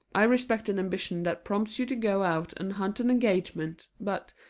i respect an ambition that prompts you to go out and hunt an engagement, but,